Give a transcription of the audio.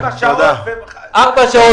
ארבע שעות,